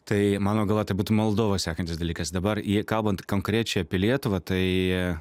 tai mano galva tai būtų moldova sekantis dalykas dabar kalbant konkrečiai apie lietuvą tai